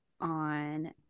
on